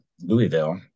Louisville